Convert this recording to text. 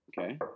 okay